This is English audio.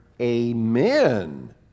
amen